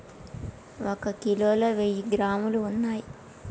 ఒక కిలోలో వెయ్యి గ్రాములు ఉన్నయ్